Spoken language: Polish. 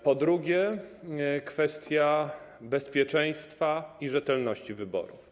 Po drugie, kwestia bezpieczeństwa i rzetelności wyborów.